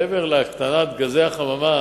מעבר להקטנת פליטת גזי החממה,